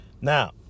Now